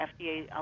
FDA